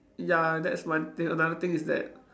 ya that's my and another thing is that